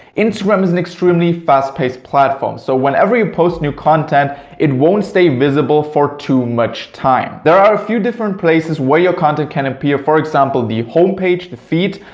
instagram is an extremely fast-paced platform. so whenever you post new content it won't stay visible for too much time. there are a few different places where your content can appear, for example, the homepage, the feed,